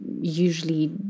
usually